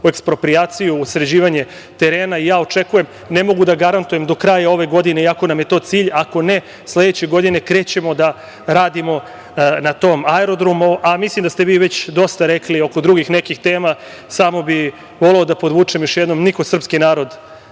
u eksproprijaciju, u sređivanje terena. Ja očekujem, ne mogu da garantujem do kraja ove godine, iako nam je to cilj, ako ne sledeće godine krećemo da radimo na tom aerodromu, a mislim da ste vi već dosta rekli oko drugih nekih tema. Samo bih voleo da podvučem, još jednom, niko srpski narod